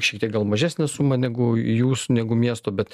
šitiek gal mažesnę sumą negu jūs negu miesto bet